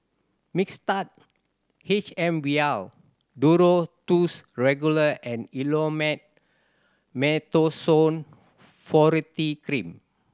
Mixtard H M Vial Duro Tuss Regular and Elomet Mometasone Furoate Cream